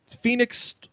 Phoenix